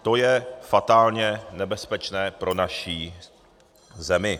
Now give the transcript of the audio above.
To je fatálně nebezpečné pro naši zemi.